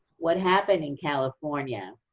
what happened in california